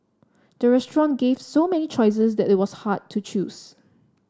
the restaurant gave so many choices that it was hard to choose